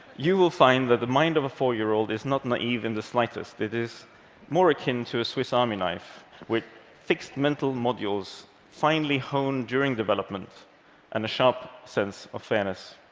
you will find that the mind of a four-year old is not naive in the slightest. it is more akin to a swiss army knife with fixed mental modules finely honed during development and a sharp sense of fairness.